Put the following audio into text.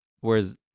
whereas